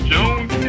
Jones